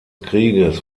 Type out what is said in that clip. krieges